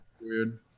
Weird